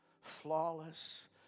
flawless